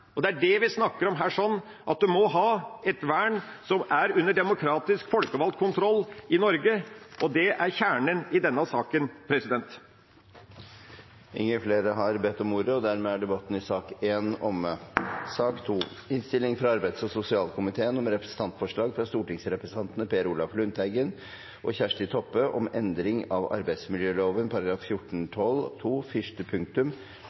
og det er dette vi snakker om her. En må ha et vern som er under demokratisk folkevalgt kontroll i Norge, og det er kjernen i denne sak. Flere har ikke bedt om ordet til sak nr. 1. Etter ønske fra arbeids- og sosialkomiteen vil presidenten foreslå at taletiden blir begrenset til 5 minutter til hver partigruppe og 5 minutter til medlemmer av